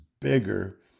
bigger